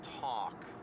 talk